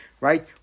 right